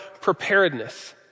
preparedness